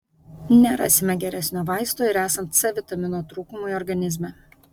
nerasime geresnio vaisto ir esant c vitamino trūkumui organizme